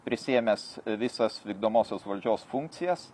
prisiėmęs visas vykdomosios valdžios funkcijas